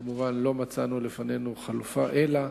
כמובן, לא מצאנו חלופה אלא